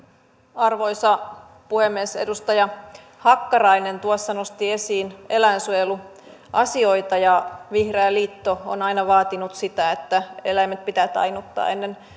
arvoisa puhemies edustaja hakkarainen tuossa nosti esiin eläinsuojeluasioita ja vihreä liitto on aina vaatinut sitä että eläimet pitää tainnuttaa ennen